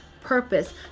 purpose